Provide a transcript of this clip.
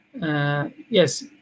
Yes